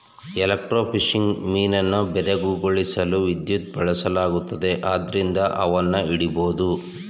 electrofishing ಮೀನನ್ನು ಬೆರಗುಗೊಳಿಸಲು ವಿದ್ಯುತ್ ಬಳಸುತ್ತದೆ ಆದ್ರಿಂದ ಅವನ್ನು ಹಿಡಿಬೋದು